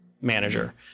manager